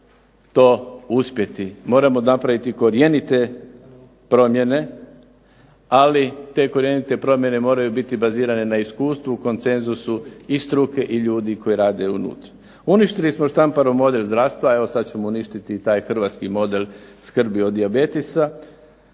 to uspjeti moramo napraviti korjenite promjene, ali te korjenite promjene moraju biti bazirane na iskustvu, konsenzusu i struke i ljudi koji rade unutra. Uništili smo Štamparov model zdravstva evo sad ćemo uništiti taj hrvatski model skrbi o dijabetesa.